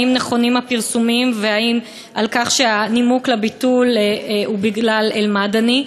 האם נכונים הפרסומים על כך שהנימוק לביטול הוא בגלל אל-מדני?